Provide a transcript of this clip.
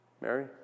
Mary